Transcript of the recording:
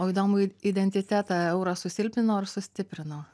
o įdomu id identitetą euras susilpnino ir sustiprino